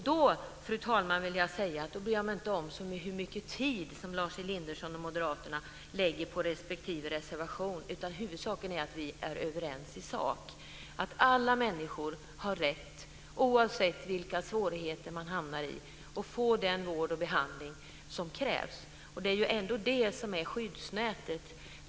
Då, fru talman, bryr jag mig inte om hur mycket tid som Lars Elinderson och Moderaterna lägger på respektive reservation, utan huvudsaken är att vi är överens i sak: Alla människor har rätt, oavsett vilka svårigheter de hamnar i, att få den vård och behandling som krävs. Det är det som är skyddsnätet.